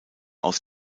aus